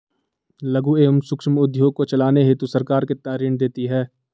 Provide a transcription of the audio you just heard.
लघु एवं सूक्ष्म उद्योग को चलाने हेतु सरकार कितना ऋण देती है?